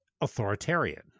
authoritarian